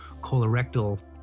colorectal